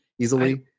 Easily